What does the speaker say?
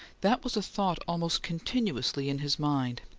that was a thought almost continuously in his mind,